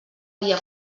dia